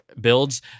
builds